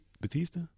Batista